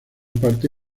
parte